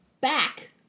back